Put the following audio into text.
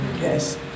Yes